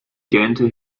gähnte